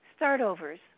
startovers